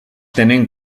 tenen